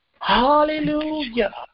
hallelujah